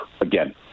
again